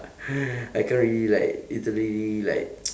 I can't really like literally like